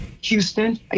Houston